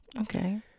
okay